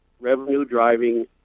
revenue-driving